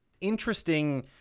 interesting